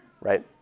right